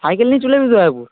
cycle নিয়ে চলে যাবি তো দয়াপুর